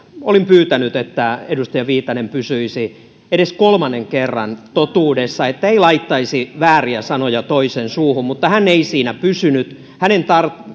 olin pyytänyt että edustaja viitanen pysyisi edes kolmannen kerran totuudessa että ei laittaisi vääriä sanoja toisen suuhun mutta hän ei siinä pysynyt hänen